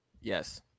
Yes